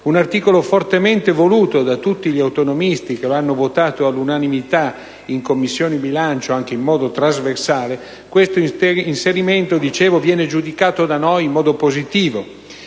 un articolo fortemente voluto da tutti gli autonomisti che lo hanno votato all'unanimità in Commissione bilancio anche in modo trasversale, viene giudicato da noi in modo positivo.